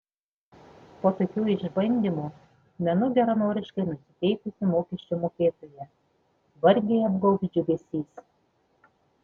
po tokių išbandymų menu geranoriškai nusiteikusį mokesčių mokėtoją vargiai apgaubs džiugesys